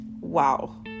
Wow